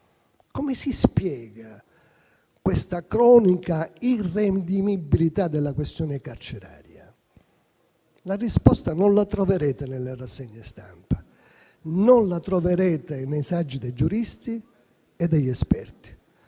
Come si spiega questa cronica irredimibilità della questione carceraria? La risposta non la troverete nella rassegna stampa o nei saggi dei giuristi e degli esperti;